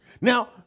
Now